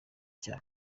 cya